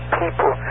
people